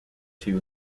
two